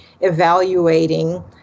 evaluating